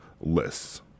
lists